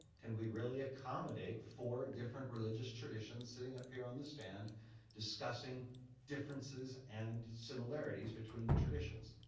can we really accommodate four different religious traditions sitting up here on the stand discussing differences and similarities between the traditions?